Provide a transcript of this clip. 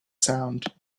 sound